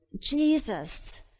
Jesus